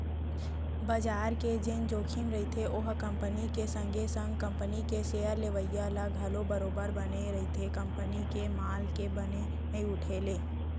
बजार के जेन जोखिम रहिथे ओहा कंपनी के संगे संग कंपनी के सेयर लेवइया ल घलौ बरोबर बने रहिथे कंपनी के माल के बने नइ उठे ले